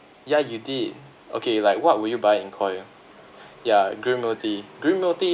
ya you did okay like what would you buy in Koi ah ya green milk tea green milk tea